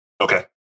Okay